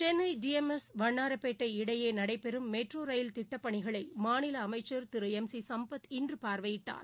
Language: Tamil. Chennai T M S Vannarapettai இடையே நடைபெறும் மெட்ரா ரயில் திட்டப் பணிஎகளை மாநில அமைச்சர் திரு எம் சி சம்பத் இன்று பார்வையிட்டார்